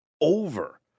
Over